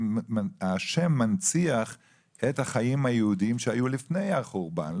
השם מנציח את החיים היהודיים שהיו לפני החורבן.